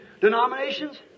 denominations